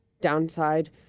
downside